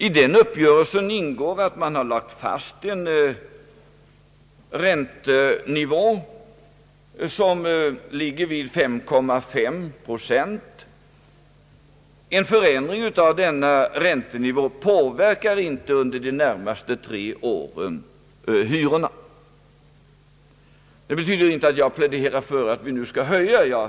I uppgörelsen ingår att man har lagt fast en räntenivå vid 5,5 procent. En förändring av denna räntenivå påverkar inte hyrorna under de närmaste tre åren. Det betyder inte att jag pläderar för att vi nu skall företa en höjning.